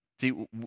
See